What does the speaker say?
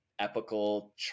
epical